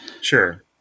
Sure